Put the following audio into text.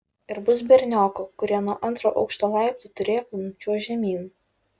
ir bus berniokų kurie nuo antro aukšto laiptų turėklų nučiuoš žemyn